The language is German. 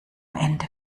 ende